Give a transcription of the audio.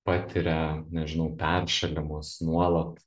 patiria nežinau peršalimus nuolat